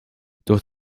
door